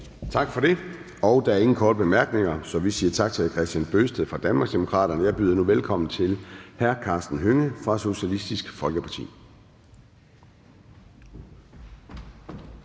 Tak for det. Der er ingen korte bemærkninger, så vi siger tak til hr. Kristian Bøgsted fra Danmarksdemokraterne. Jeg byder nu velkommen til hr. Karsten Hønge fra Socialistisk Folkeparti.